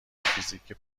فیزیک